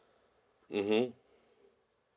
mmhmm